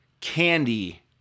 candy